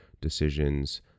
decisions